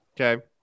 Okay